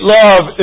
love